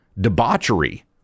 debauchery